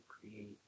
create